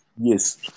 Yes